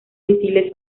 misiles